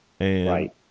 Right